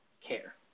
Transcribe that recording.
care